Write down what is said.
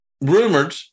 rumored